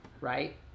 right